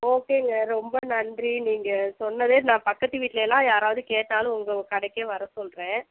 ஓகேங்க ரொம்ப நன்றி நீங்கள் சொன்னதே நான் பக்கத்து வீட்டிலயெல்லாம் யாராவது கேட்டாலும் உங்கள் கடைக்கே வர சொல்கிறேன்